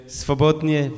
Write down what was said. swobodnie